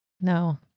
No